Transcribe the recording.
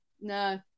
No